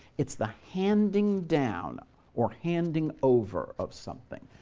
it's the handing down or handing over of something,